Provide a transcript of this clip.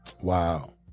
Wow